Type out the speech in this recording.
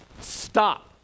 Stop